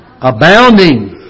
Abounding